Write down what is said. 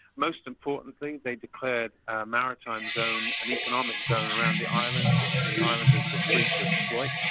most importantly, they declared a maritime zone, an economic zone around the island which the islanders were free to exploit,